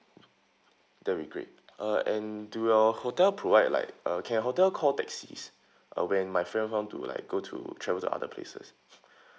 that'll be great uh and do your hotel provide like uh can your hotel call taxis uh when my friend want to like go to travel to other places